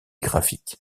graphique